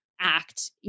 act